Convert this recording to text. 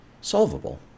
solvable